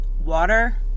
water